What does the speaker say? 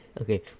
Okay